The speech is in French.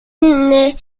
naît